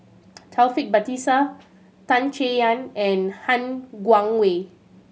Taufik Batisah Tan Chay Yan and Han Guangwei